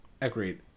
Agreed